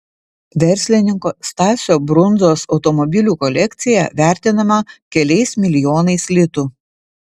verslininko stasio brundzos automobilių kolekcija vertinama keliais milijonais litų